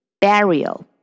Burial